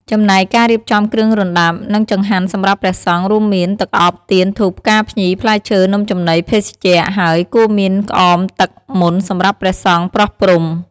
ចំណែកការរៀបចំគ្រឿងរណ្តាប់ និងចង្ហាន់សម្រាប់ព្រះសង្ឃ រួមមាន ទឹកអប់ ទៀន ធូប ផ្កាភ្ញី ផ្លែឈើ នំចំណី ភេសជ្ជៈ ហើយ គួរមានក្អមទឹកមន្តសម្រាប់ព្រះសង្ឃប្រោះព្រំ។